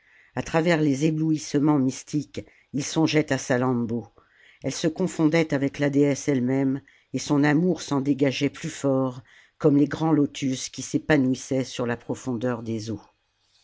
a travers les éblouissements mystiques il songeait à salammbô elle se confondait avec la déesse ellemême et son amour s'en dégageait plus fort comme les grands lotus qui s'épanouissaient sur la profondeur des eaux